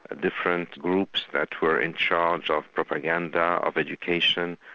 ah different groups that were in charge of propaganda, of education,